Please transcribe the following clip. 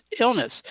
illness